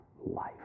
life